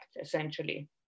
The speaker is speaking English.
essentially